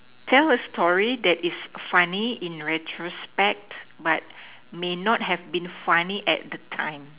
tell a story that is funny in retrospect but may not have been funny at the time